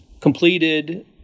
completed